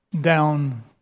down